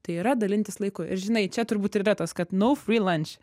tai yra dalintis laiku ir žinai čia turbūt ir yra tas kad nou fre lanč